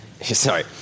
sorry